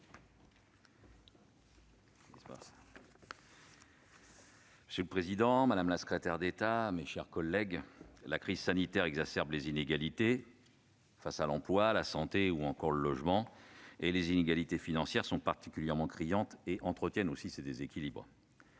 Monsieur le président, madame la secrétaire d'État, mes chers collègues, la crise sanitaire exacerbe les inégalités face à l'emploi, la santé ou encore au logement. Les inégalités financières sont particulièrement criantes et, de plus, elles entretiennent ces déséquilibres.